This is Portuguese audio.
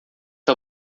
que